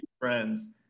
friends